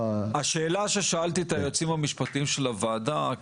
שאלתי את היועצים המשפטיים של הוועדה.